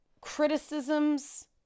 criticisms